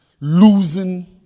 losing